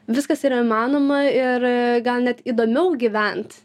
viskas yra įmanoma ir gal net įdomiau gyvent